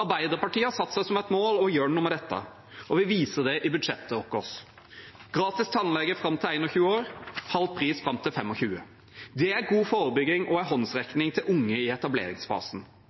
Arbeiderpartiet har satt seg som mål å gjøre noe med dette, og vi viser det i budsjettet vårt – gratis tannlege fram til 21 år, halv pris fram til 25 år. Det er god forebygging og